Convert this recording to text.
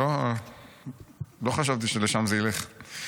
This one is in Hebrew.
לא חשבתי שלשם זה ילך.